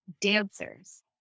dancers